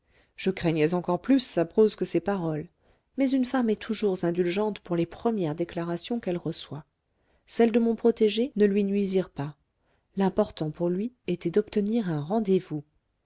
je craignais encore plus sa prose que ses paroles mais une femme est toujours indulgente pour les premières déclarations qu'elle reçoit celles de mon protégé ne lui nuisirent pas l'important pour lui était d'obtenir un rendez-vous